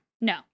No